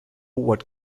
what